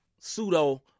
pseudo